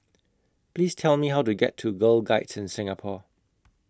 Please Tell Me How to get to Girl Guides in Singapore